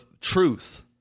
truth